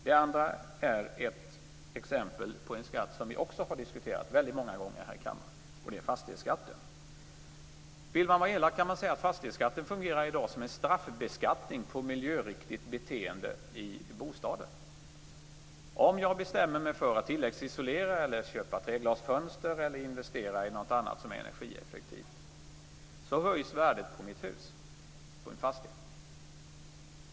Det andra exemplet handlar också om en skatt som vi har diskuterat väldigt många gånger här i kammaren. Det gäller fastighetsskatten. Vill man vara elak kan man säga att fastighetsskatten i dag fungerar som en straffbeskattning på miljöriktigt beteende i fråga om bostaden. Om jag bestämmer mig för att tilläggsisolera, köpa treglasfönster eller investera i något annat som är energieffektivt, höjs värdet på mitt hus, min fastighet.